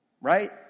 right